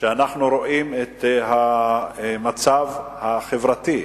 כשאנחנו רואים את המצב החברתי.